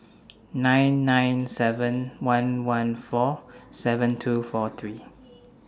nine nine seven one one four seven two four three